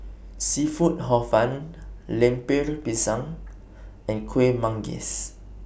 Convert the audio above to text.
Seafood Hor Fun Lemper Pisang and Kueh Manggis